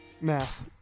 math